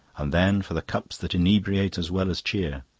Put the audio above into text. and then for the cups that inebriate as well as cheer.